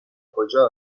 کجا